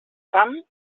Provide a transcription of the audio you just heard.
fam